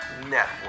Network